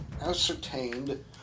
ascertained